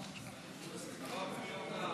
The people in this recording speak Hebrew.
19) (סמכות למתן היתר